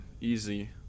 Easy